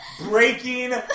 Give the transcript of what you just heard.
Breaking